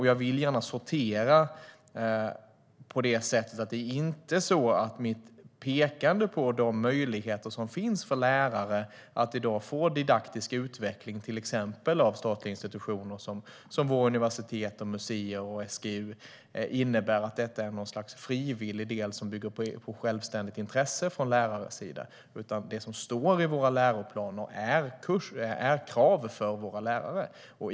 Jag vill gärna sortera så att det inte är så att mitt pekande på de möjligheter som finns för lärare att i dag få didaktisk utveckling av till exempel statliga institutioner, universitet, museer och SGU, innebär att detta är något slags frivillig del som bygger på självständigt intresse från lärares sida. Det som står i våra läroplaner är krav för våra lärare.